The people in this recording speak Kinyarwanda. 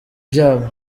byabo